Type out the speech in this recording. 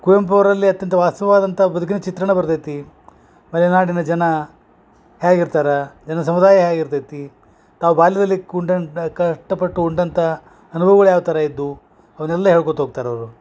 ಕುವೆಂಪು ಅವರಲ್ಲಿ ಅತ್ಯಂತ ವಾಸವಾದಂಥ ಬದುಕಿನ ಚಿತ್ರಣ ಬರ್ದೈತಿ ಮಲೆನಾಡಿನ ಜನ ಹ್ಯಾಗ ಇರ್ತಾರ ಜನ ಸಮುದಾಯ ಹ್ಯಾಗ ಇರ್ತೈತಿ ತಾವು ಬಾಲ್ಯದಲ್ಲಿ ಕುಂಡತ್ನ ಕಷ್ಟಪಟ್ಟು ಉಂಡಂಥ ಅನುಭವಗಳು ಯಾವ ಥರ ಇದ್ದು ಅವನ್ನೆಲ್ಲ ಹೇಳ್ಕೊತ ಹೋಗ್ತಾರವರು